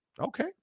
Okay